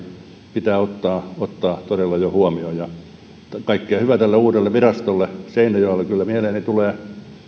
pitää ottaa ottaa todella jo huomioon kaikkea hyvää tälle uudelle virastolle seinäjoelle kyllä mieleeni tulee